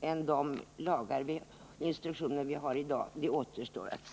än de lagar och instruktioner som finns i dag återstår att se.